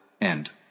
end